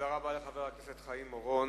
תודה רבה לחבר הכנסת חיים אורון.